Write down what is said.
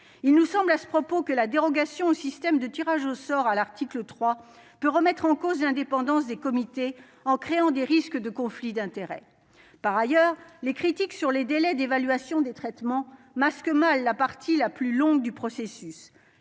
il nous semble, à ce propos que la dérogation au système de tirage au sort à l'article 3 peut remettre en cause l'indépendance des comités en créant des risques de conflit d'intérêts par ailleurs les critiques sur les délais d'évaluation des traitements masque mal la partie la plus longue du processus,